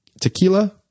tequila